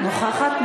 נוכחת?